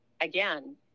again